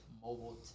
Mobile